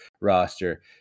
roster